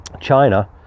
China